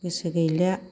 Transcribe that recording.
गोसो गैला